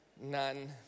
None